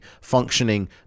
functioning